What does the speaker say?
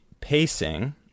pacing